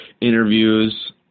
interviews